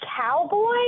cowboy